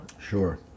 Sure